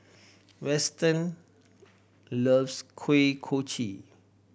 Weston loves Kuih Kochi